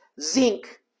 zinc